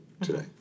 today